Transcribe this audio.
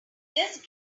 just